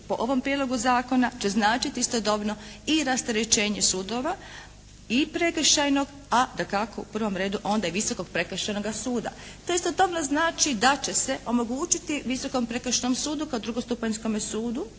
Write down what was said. po ovom prijedlogu zakona će značiti istodobno i rasterećenje sudova i prekršajnog a dakako u prvom redu onda i Visokog prekršajnog suda. To istodobno znači da će se omogućiti Visokom prekršajnom sudu kao drugostupanjskom sudu